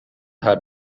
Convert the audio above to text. had